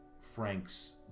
Frank's